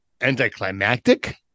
anticlimactic